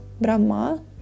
Brahma